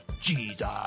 Jesus